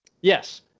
Yes